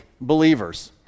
believers